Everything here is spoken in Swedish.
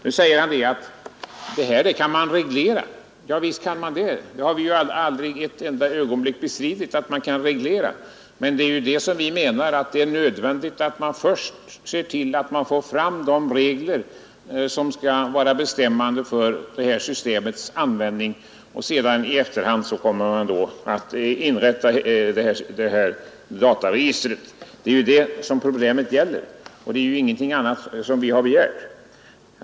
Nu säger herr Brandt att man kan reglera det här. Ja, visst kan man det; det har vi inte ett ögonblick bestritt. Men vi menar att det är nödvändigt att man först får fram de regler som skall vara bestämmande för systemets användning och sedan inrätta dataregistret. Det är ingenting annat vi har begärt.